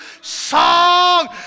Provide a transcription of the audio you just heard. song